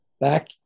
back